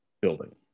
building